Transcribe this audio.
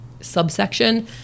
subsection